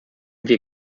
wir